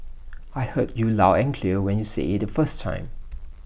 I heard you loud and clear when you said IT the first time